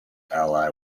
ally